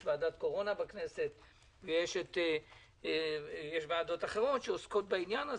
יש ועדת קורונה בכנסת ויש ועדות אחרות שעוסקות בעניין הזה,